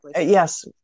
yes